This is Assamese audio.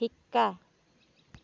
শিকা